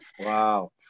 Wow